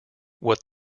what